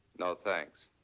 no, thanks.